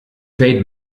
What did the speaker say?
trade